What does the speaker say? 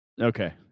Okay